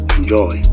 Enjoy